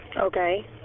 okay